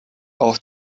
auf